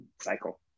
cycle